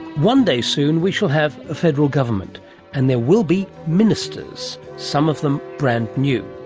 one day soon we shall have a federal government and there will be ministers, some of them brand new.